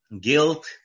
Guilt